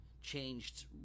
changed